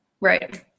Right